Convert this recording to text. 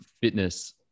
fitness